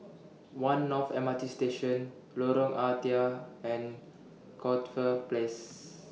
one North M R T Station Lorong Ah Thia and Corfe Place